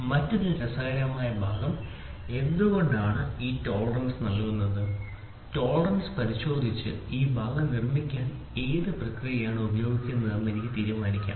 മറ്റൊരു രസകരമായ ഭാഗം എന്തുകൊണ്ടാണ് ഈ ടോളറൻസ് നൽകുന്നത് ടോളറൻസ് പരിശോധിച്ച് ഈ ഭാഗം നിർമ്മിക്കാൻ ഏത് പ്രക്രിയയാണ് ഉപയോഗിക്കുന്നതെന്ന് എനിക്ക് തീരുമാനിക്കാം